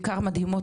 בעיקר מדהימות,